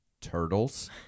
turtles